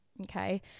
Okay